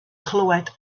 clywed